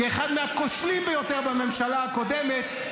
כאחד מהכושלים ביותר בממשלה הקודמת,